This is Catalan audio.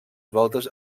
voltes